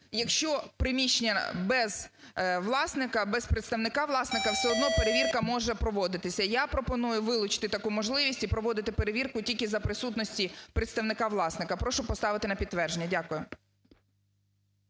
якщо приміщення без власника, без представника власника, все одно перевірка може проводитися. Я пропоную вилучити таку можливість і проводити перевірку тільки за присутності представника власника. Прошу поставити на підтвердження. Дякую.